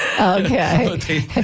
Okay